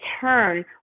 turn